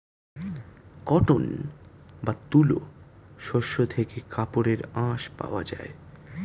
cotton বা তুলো শস্য থেকে কাপড়ের আঁশ পাওয়া যায়